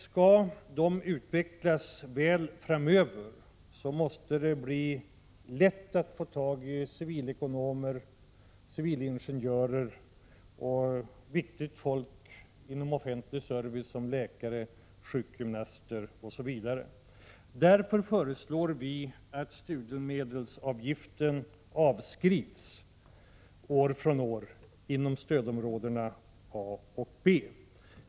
Skall de utvecklas väl framöver, måste det bli lätt att få tag i civilekonomer och civilingenjörer och viktigt folk inom offentlig service som läkare, sjukgymnaster osv. Därför föreslår vi att studiemedelsavgiften avskrivs år från år inom stödområdena A och B.